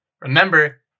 Remember